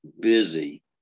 busy